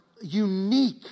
unique